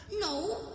No